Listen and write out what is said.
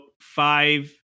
five